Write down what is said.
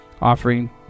offering